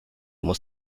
muss